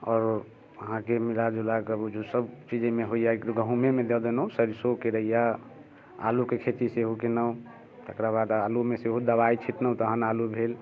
आओर अहाँके मिलाजुलाके बुझु सभ चीज अइमे होइए गहुमेमे दऽ देनौ सरिसो केरैया आलूके खेती सेहो केनौ तकरा बाद आलूमे सेहो दबाइ छिटनौ तहन आलू भेल